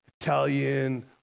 Italian